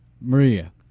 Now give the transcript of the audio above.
Maria